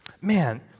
man